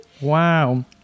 Wow